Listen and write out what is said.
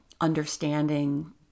understanding